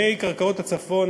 המפקחת על שוק ההון וצוותה,